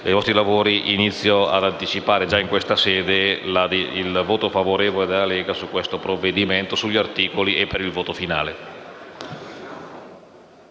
nostri lavori, anticipo già in questa sede il voto favorevole della Lega Nord su questo provvedimento, sugli articoli e per il voto finale.